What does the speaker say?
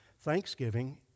thanksgiving